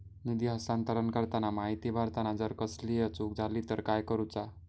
निधी हस्तांतरण करताना माहिती भरताना जर कसलीय चूक जाली तर काय करूचा?